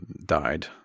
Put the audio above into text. died